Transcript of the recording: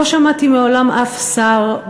לא שמעתי מעולם אף שר,